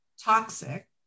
toxic